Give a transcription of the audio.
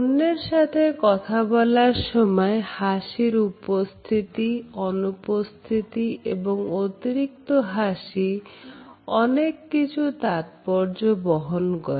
অন্যের সাথে কথা বলার সময় হাসির উপস্থিতি অনুপস্থিতি এবং অতিরিক্ত হাসি অনেক কিছু তাৎপর্য বহন করে